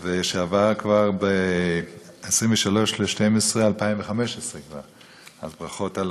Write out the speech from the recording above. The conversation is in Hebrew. ועבר כבר ב-23 בדצמבר 2015. אז ברכות.